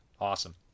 Awesome